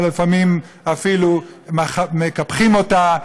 אלא לפעמים אפילו מקפחים אותה,